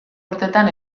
urtetan